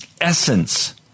essence